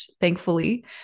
thankfully